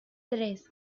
tres